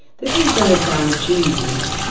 this is going to sound cheesy,